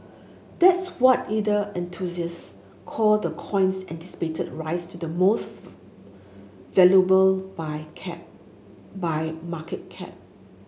that's what either enthusiast call the coin's anticipated rise to the most valuable by cap by market cap